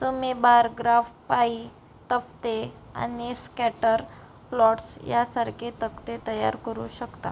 तुम्ही bar graph pie तक्ते आणि स्कॅटर प्लॉट्स यासारखे तक्ते तयार करू शकता